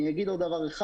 אני אומר עוד דבר אחד.